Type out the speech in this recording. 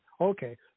Okay